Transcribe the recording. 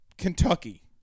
Kentucky